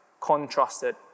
contrasted